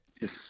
Yes